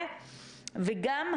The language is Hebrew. זה לגיטימי,